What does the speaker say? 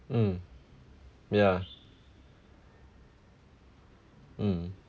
mm yeah mm